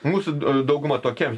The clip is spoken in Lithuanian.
mūsų dauguma tokia